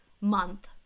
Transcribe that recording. month